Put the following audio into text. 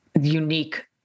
unique